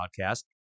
podcast